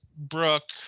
Brooke